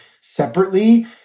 separately